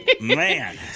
Man